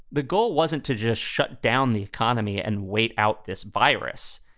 the goal wasn't to just shut down the economy and wait out this virus,